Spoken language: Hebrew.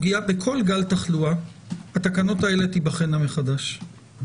בכל גל תחלואה התקנות האלה תיבחנה מחדש.